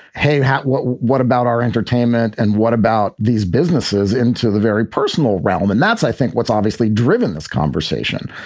hey, what what about our entertainment? and what about these businesses into the very personal realm? and that's, i think, what's obviously driven this conversation.